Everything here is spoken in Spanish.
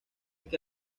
que